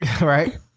Right